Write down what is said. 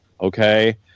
okay